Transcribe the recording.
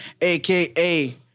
aka